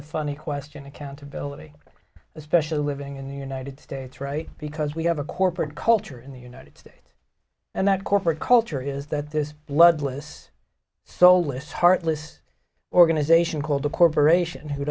a funny question accountability especially living in the united states right because we have a corporate culture in the united states and that corporate culture is that this bloodless soulless heartless organization called a corporation who